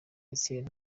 etienne